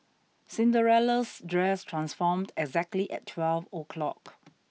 Cinderella's dress transformed exactly at twelve O clock